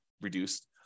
reduced